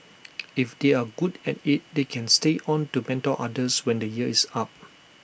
if they are good at IT they can stay on to mentor others when the year is up